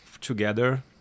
together